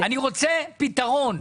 אני רוצה פתרון.